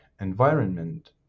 environment